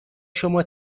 شما